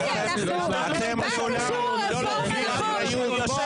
העברנו רפורמה לחוק.